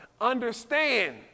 understand